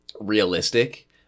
realistic